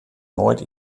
noait